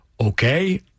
okay